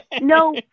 no